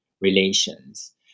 relations